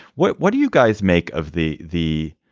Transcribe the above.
what what do you guys make of the the